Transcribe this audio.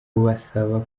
kubasaba